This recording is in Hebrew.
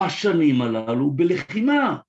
השנים הללו בלחימה